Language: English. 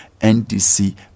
NDC